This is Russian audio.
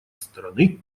страны